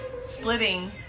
splitting